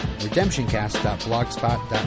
redemptioncast.blogspot.com